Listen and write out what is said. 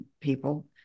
people